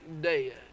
dead